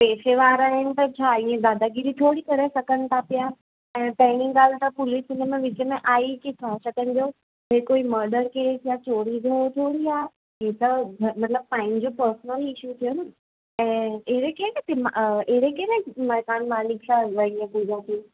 पैसे वारा आहिनि त छा ईअं दादागीरी थोरी करे सघनि था पिया ऐं पहिरीं ॻाल्हि त पुलिस इनमें विच में आई किथा छा तुहिंजो हीअ कोई मडर केस या चोरी जो थोरी आहे हीअ त घर मतिलब पंहिंजो पर्सनल इशू थियो न ऐं अहिड़े कहिड़े अहिड़े कहिड़े मकानु मालिक सां वईअ तूं जो की